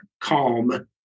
calm